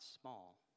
small